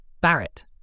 Barrett